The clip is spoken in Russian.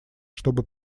чтобы